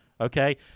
Okay